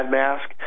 mask